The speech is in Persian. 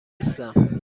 نیستم